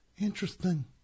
Interesting